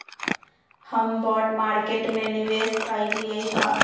हम bond market में निवेश कलियइ ह